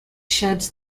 sheds